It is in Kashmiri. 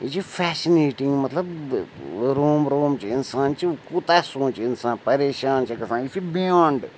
یہِ چھِ فیسِنیٹِنٛگ مطلب روم روم چھِ اِنسان چھِ کوٗتاہ سونٛچہِ اِنسان پریشان چھِ گژھان یہِ چھِ بِیانٛڈ